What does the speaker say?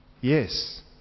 Yes